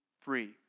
free